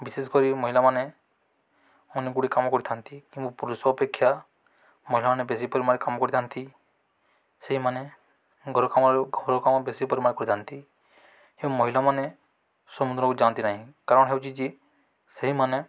ବିଶେଷ କରି ମହିଳାମାନେ ଅନେକ ଗୁଡ଼ିଏ କାମ କରିଥାନ୍ତି କିନ୍ତୁ ପୁରୁଷ ଅପେକ୍ଷା ମହିଳାମାନେ ବେଶି ପରିମାଣରେ କାମ କରିଥାନ୍ତି ସେହିମାନେ ଘର କାମ ଘର କାମ ବେଶି ପରିମାଣ କରିଥାନ୍ତି ଏବଂ ମହିଳାମାନେ ସମୁଦ୍ରକୁ ଯାଆନ୍ତି ନାହିଁ କାରଣ ହେଉଛି ଯେ ସେହିମାନେ